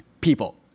people